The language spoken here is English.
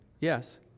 yes